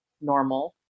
normal